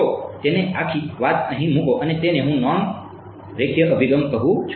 તો તેને આખી વાત અહીં મુકો અને તેને હું નોન રેખીય અભિગમ કહું છું